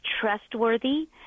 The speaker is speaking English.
trustworthy